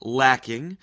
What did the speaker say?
lacking